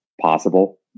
possible